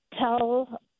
tell